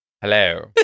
hello